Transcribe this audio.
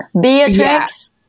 Beatrix